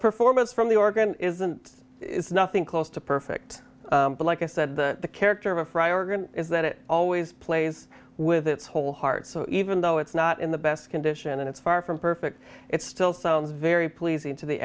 performance from the organ isn't nothing close to perfect but like i said the character of a fry organ is that it always plays with its whole heart so even though it's not in the best condition and it's far from perfect it still sounds very pleasing to the